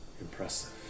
Impressive